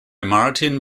martin